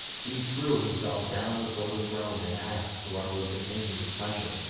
he threw himself down before the throne and asked what was the king's pleasure.